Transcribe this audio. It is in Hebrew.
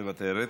מוותרת,